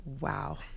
Wow